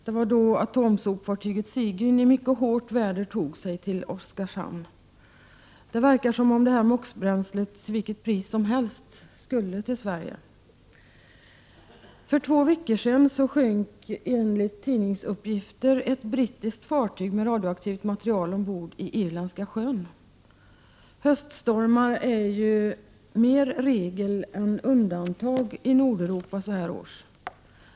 Det var då atomsopfartyget Sigyn i mycket hårt väder tog sig till Oskarshamn. Det verkar som om detta MOX-bränsle till vilket pris som helst skulle till Sverige. För två veckor sedan sjönk, enligt tidningsuppgifter, tt brittiskt fartyg med radioaktivt material ombord i Irländska sjön. Höstst .rmar är mer regel än undantag i Nordeuropa så här års.